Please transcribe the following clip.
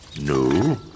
No